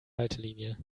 haltelinie